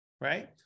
right